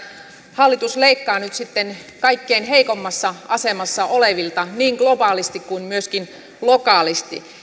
hallitus leikkaa nyt sitten kaikkein heikoimmassa asemassa olevilta niin globaalisti kuin myöskin lokaalisti